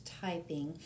typing